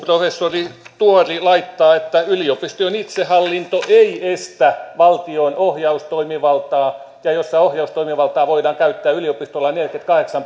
professori tuori laittaa että yliopistojen itsehallinto ei estä valtion ohjaustoimivaltaa ja ohjaustoimivaltaa voidaan käyttää yliopistolain neljännenkymmenennenkahdeksannen